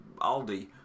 Aldi